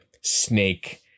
snake